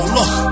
Look